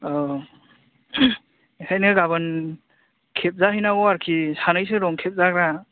औ बेखायनो गाबोन खेबजा हैयनांगौ आरोखि सानैसो दं खेबजाग्रा